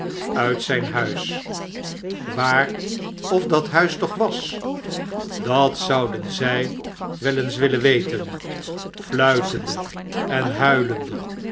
uit zyn huis waar of dathuistoch was dat zouden zy wel eens willen weten fluitende en huilende